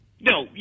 No